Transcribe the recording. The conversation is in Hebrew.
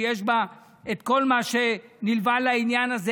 שיש בו את כל מה שנלווה לעניין הזה,